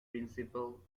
principal